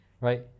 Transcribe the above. right